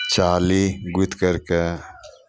चाली गुथि करि कऽ